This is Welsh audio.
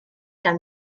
gan